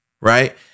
right